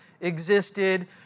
existed